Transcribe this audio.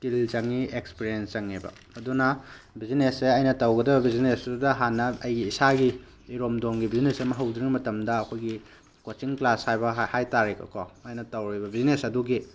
skill ꯆꯪꯉꯤ experience ꯆꯪꯉꯦꯕ ꯑꯗꯨꯅ ꯕꯤꯖꯤꯅꯦꯁꯁꯦ ꯑꯩꯅ ꯇꯧꯒꯗꯧꯕ ꯕꯤꯖꯤꯅꯦꯁꯇꯨꯗ ꯍꯥꯟꯅ ꯑꯩꯒꯤ ꯏꯁꯥꯒꯤ ꯏꯔꯣꯝꯗꯣꯝꯒꯤ ꯕꯤꯖꯤꯅꯦꯁ ꯑꯃ ꯍꯧꯗ꯭ꯔꯤꯉꯩꯒꯤ ꯃꯇꯝꯗ ꯑꯩꯈꯣꯏꯒꯤ ꯀꯣꯆꯤꯡ ꯀ꯭ꯂꯥꯏꯁ ꯍꯥꯏꯕ ꯍꯥꯏꯇꯥꯔꯦꯀꯣ ꯑꯩꯅ ꯇꯧꯔꯤꯕ ꯕꯤꯖꯤꯅꯦꯁ ꯑꯗꯨꯒꯤ